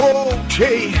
okay